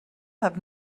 have